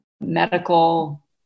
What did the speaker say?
medical